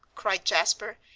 cried jasper,